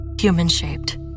human-shaped